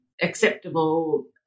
acceptable